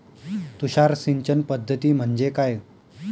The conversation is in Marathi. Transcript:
तुषार सिंचन पद्धती म्हणजे काय?